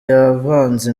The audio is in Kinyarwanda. yavanze